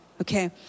Okay